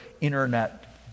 internet